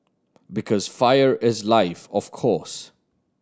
because fire is life of course